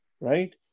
right